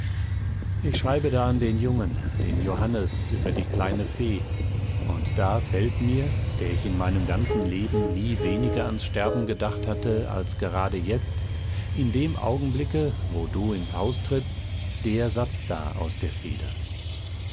ich schreibe da an den jungen den johannes über die kleine fee und da fällt mir der ich in meinem ganzen leben nie weniger ans sterben gedacht hatte als gerade jetzt in dem augenblicke wo du ins haus trittst der satz da aus der feder